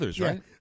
right